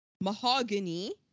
Mahogany